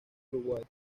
uruguay